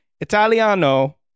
Italiano